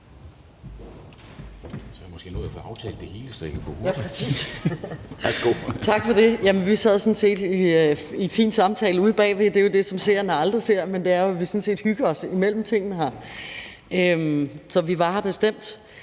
Tak for det. Vi sad sådan set i en fin samtale ude bagved. Det er jo det, som seerne aldrig ser, men vi hygger os sådan set imellem sagerne, så vi var her bestemt